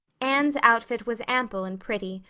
anne's outfit was ample and pretty,